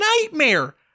nightmare